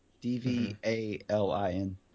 d-v-a-l-i-n